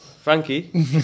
Frankie